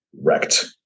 wrecked